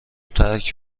ترک